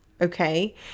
Okay